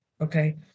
Okay